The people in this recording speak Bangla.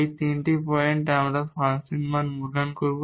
এই তিনটি পয়েন্ট আমরা ফাংশন মান মূল্যায়ন করব